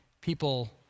people